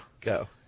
Go